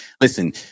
Listen